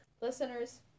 Listeners